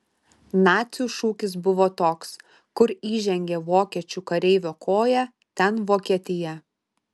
nacių šūkis buvo toks kur įžengė vokiečių kareivio koja ten vokietija